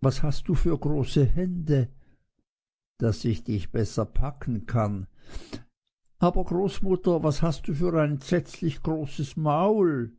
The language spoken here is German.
was hast du für große hände daß ich dich besser packen kann aber großmutter was hast du für ein entsetzlich großes maul